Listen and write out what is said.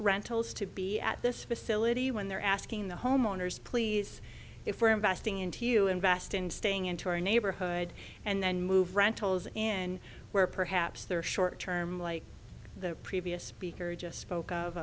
rentals to be at this facility when they're asking the homeowners please if we're investing into you invest in staying into our neighborhood and then move rentals and where perhaps their short term like the previous speaker just spoke of